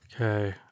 Okay